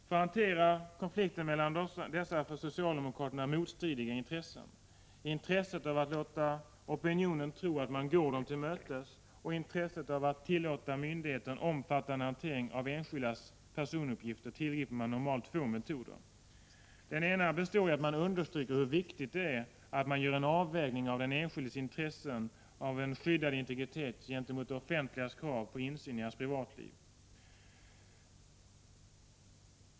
För att hantera konflikten mellan dessa för socialdemokraterna motstridiga intressen — intresset av att låta opinionen tro att man går den till mötes och intresset av att tillåta myndigheter en omfattande hantering av enskildas personuppgifter — tillgriper man normalt två metoder. Den ena består i att man understryker hur viktigt det är att göra en avvägning av den enskildes intressen av en skyddad integritet gentemot det offentligas krav på insyn i hans privatliv.